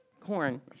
corn